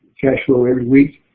cash flow every week.